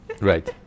right